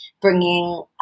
bringing